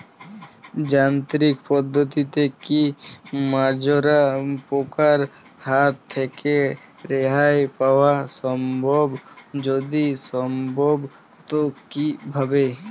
যান্ত্রিক পদ্ধতিতে কী মাজরা পোকার হাত থেকে রেহাই পাওয়া সম্ভব যদি সম্ভব তো কী ভাবে?